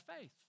faith